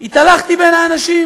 התהלכתי בין האנשים,